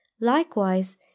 Likewise